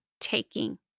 taking